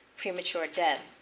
premature death.